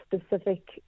specific